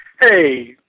Hey